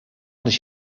als